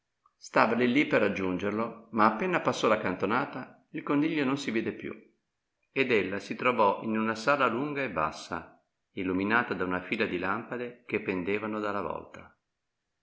lì lì per raggiungerlo ma appena passò la cantonata il coniglio non si vide più ed ella si trovò in una sala lunga e bassa illuminata da una fila di lampade che pendevano dalla volta